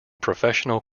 professional